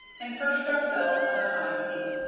and perched ourselves on a high seat,